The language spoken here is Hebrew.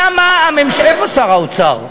למה הממשלה, איפה שר האוצר?